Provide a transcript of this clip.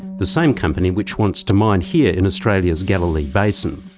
the same company which wants to mine here in australia's galilee basin.